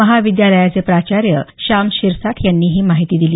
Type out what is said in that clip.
महाविद्यालयाचे प्राचार्य श्याम शिरसाठ यांनी ही माहिती दिली